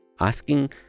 asking